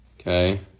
Okay